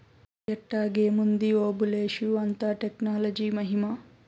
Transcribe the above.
ఎట్టాగేముంది ఓబులేషు, అంతా టెక్నాలజీ మహిమా